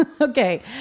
okay